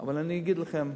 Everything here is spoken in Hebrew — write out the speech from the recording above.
אבל אומר לכם,